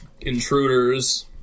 intruders